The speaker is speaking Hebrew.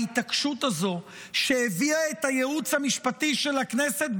ההתעקשות הזאת הביאה את הייעוץ המשפטי של הכנסת,